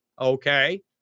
okay